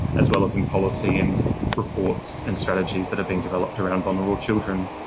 as well as in policy, and reports and strategies that are being developed around vulnerable children.